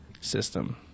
system